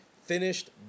finished